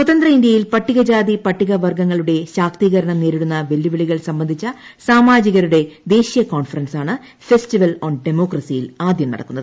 സ്വതന്ത്ര ഇന്തൃയിൽ പട്ടികജാതി പട്ടികവർഗങ്ങളുടെ ശാക്തീകരണം നേരിടുന്ന വെല്ലുവിളികൾ സംബന്ധിച്ച സാമാജികരുടെ ദേശീയ കോൺഫറൻസാണ് ഫെസ്റ്റിവൽ ഓൺ ഡെമോക്രസിയിൽ ആദ്യം നടക്കുന്നത്